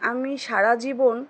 আমি সারা জীবন